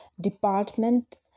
department